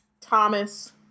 Thomas